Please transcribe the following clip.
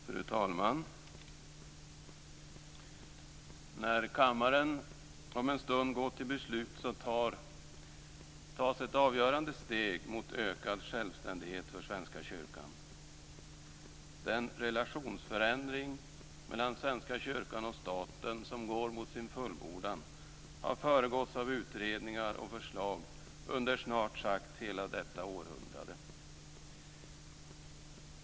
Fru talman! När kammaren om en stund går till beslut tas ett avgörande steg mot ökad självständighet för Svenska kyrkan. Den relationsförändring mellan Svenska kyrkan och staten som går mot sin fullbordan har föregåtts av utredningar och förslag under snart sagt hela detta århundrade.